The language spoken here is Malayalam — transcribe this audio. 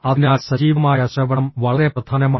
അതിനാൽ സജീവമായ ശ്രവണം വളരെ പ്രധാനമാണ്